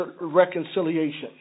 reconciliation